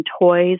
toys